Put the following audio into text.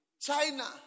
China